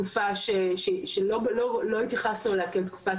כתקופת שהייה בלתי חוקית בישראל של עובדי סיעוד,